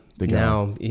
now